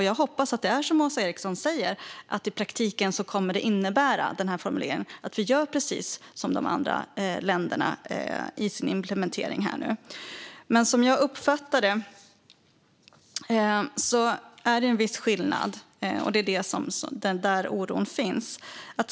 Jag hoppas att det är som Åsa Eriksson säger, att denna formulering i praktiken kommer att innebära att vi gör precis som de andra länderna vid implementeringen. Men som jag uppfattade det är det en viss skillnad, och det är där som oron finns.